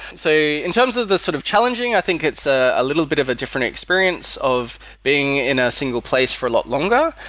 so in terms of the sort of challenging, i think it's a a little bit of a different experience of being in a single place for a lot longer.